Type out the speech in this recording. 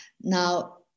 Now